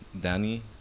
Danny